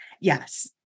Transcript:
Yes